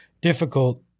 difficult